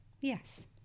yes